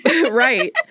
Right